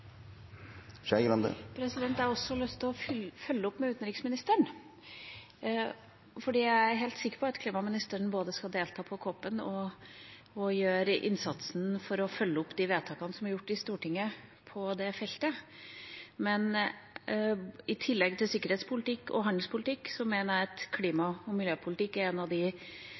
Jeg har lyst til å følge opp med et spørsmål til utenriksministeren, for jeg er helt sikker på at klimaministeren både skal delta på COP-en og gjøre en innsats for å følge opp de vedtakene som er gjort i Stortinget på dette feltet. I tillegg til sikkerhetspolitikk og handelspolitikk mener jeg at klima- og miljøpolitikk er en av de